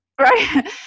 right